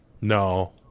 No